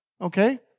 Okay